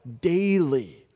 daily